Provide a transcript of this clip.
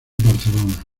barcelona